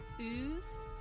ooze